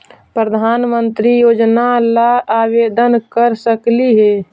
प्रधानमंत्री योजना ला आवेदन कर सकली हे?